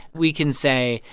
we can say,